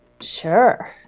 Sure